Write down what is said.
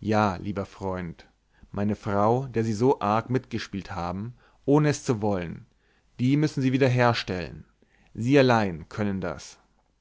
ja lieber freund meine frau der sie so arg mitgespielt haben ohne es zu wollen die müssen sie wieder herstellen sie allein können das